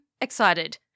excited